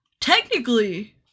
Technically